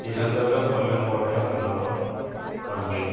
Thiruvananthapuram Kollam Kottayam Ernakulam Kannur